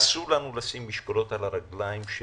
שאסור לנו לשים משקולות על הרגליים של